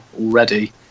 already